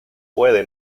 puede